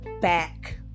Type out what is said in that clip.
back